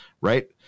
right